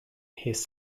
his